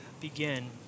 begin